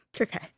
okay